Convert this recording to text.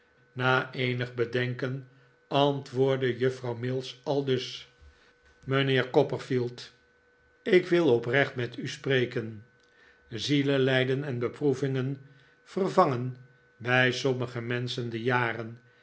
na eenig bedenken antwoordde juffrouw mills aldus mijnheer copperfield ik wil oprecht met u sprekem zielelijden en beproevingen vervangen bij sommige menschen de jaren